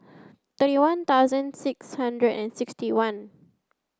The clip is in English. thirty one thousand six hundred and sixty one